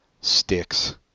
Sticks